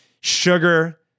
sugar